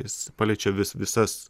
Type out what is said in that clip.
jis paliečia vis visas